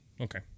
okay